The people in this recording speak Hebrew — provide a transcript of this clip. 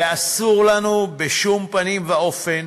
ואסור לנו בשום פנים ואופן